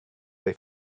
they